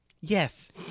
Yes